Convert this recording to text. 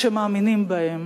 כשמאמינים בהם.